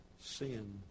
sin